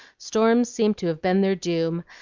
storms seem to have been their doom,